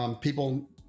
people